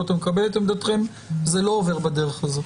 ביתר הנקודות אני מקבל את עמדתכם אבל זה לא עובר בדרך הזאת.